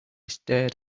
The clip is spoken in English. stared